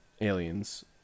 aliens